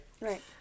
Right